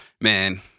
man